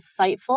insightful